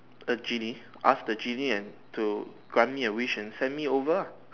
a genie ask the genie and to grant me a wish and send me over ah